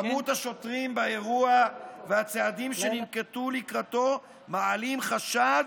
כמות השוטרים באירוע והצעדים שננקטו לקראתו מעלים חשד